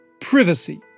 Privacy